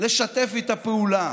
לשתף איתה פעולה.